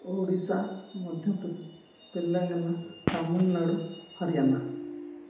Odisha Madhya Pradesh Telangana Tamil Nadu Haryana